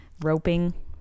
roping